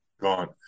Gone